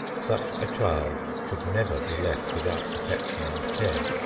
such a child should never be left without protection and care.